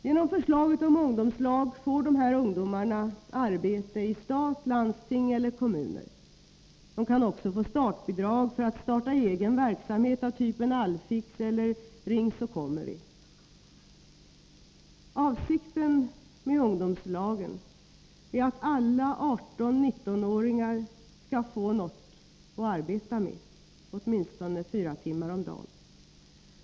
Genom förslaget om ungdomslag får de här ungdomarna arbete i stat, landsting eller kommuner. De kan också få startbidrag för att starta egen verksamhet av typen All-fix eller Ring så kommer vi. Avsikten med förslaget om ungdomslag är att alla 18-19-åringar skall få något att arbeta med, åtminstone fyra timmar om dagen.